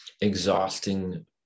exhausting